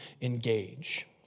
engage